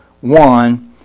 one